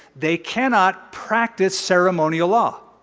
they cannot practice ceremonial law.